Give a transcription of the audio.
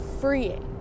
freeing